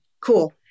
Cool